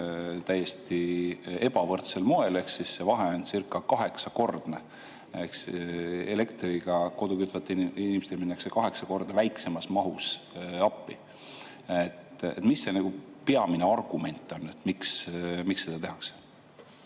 täiesti ebavõrdsel moel, see vahe oncircakaheksakordne ehk elektriga kodu kütvatele inimestele minnakse kaheksa korda väiksemas mahus appi? Mis see peamine argument on, miks seda tehakse?